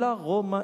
הצודק לרומאים".